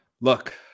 look